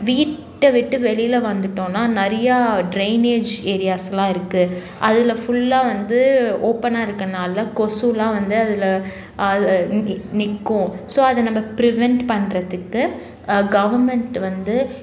வீட்டை விட்டு வெளியில வந்துட்டோனால் நிறையா ட்ரைனேஜ் ஏரியாஸ்லாம் இருக்குது அதில் ஃபுல்லாக வந்து ஓப்பனாக இருக்கதனால கொசுவெலாம் வந்து அதில் அது நிற்கும் ஸோ அதை நம்ம ப்ரிவென்ட் பண்ணுறத்துக்கு கவுர்மெண்ட் வந்து